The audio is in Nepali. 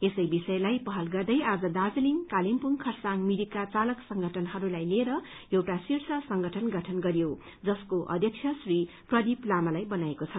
यसै विषयलाई पहल गर्दै आज दार्जीलिङ कालेबुङ खरसान् मिरिकका चालक संगठनहरूलाई लिएर एउटा शीर्ष संगठन गठन गरियो जसको अध्यक्ष श्री प्रदीप लामालाई बनाइएको छ